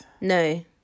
No